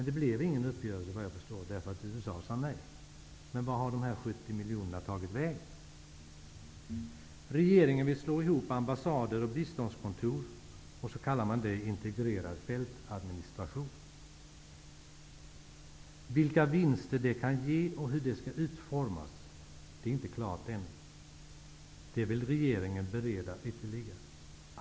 Det blev ingen uppgörelse, därför att USA sade nej. Men vart har de 70 miljonerna tagit vägen? Regeringen vill slå ihop ambassader och biståndskontor, och så kallar man det integrerad fältadministration. Vilka vinster det kan ge och hur det skall utformas är inte klart ännu. Det vill regeringen bereda ytterligare.